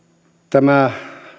tämä